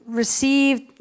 received